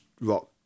rock